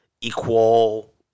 equal